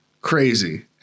crazy